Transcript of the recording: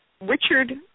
Richard